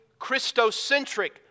Christocentric